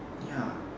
ya